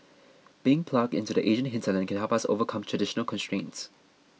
being plugged into the Asian hinterland can help us overcome traditional constraints